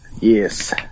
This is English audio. Yes